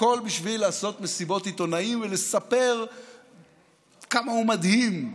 הכול בשביל לעשות מסיבות עיתונאים ולספר כמה הוא מדהים.